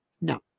No